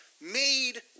made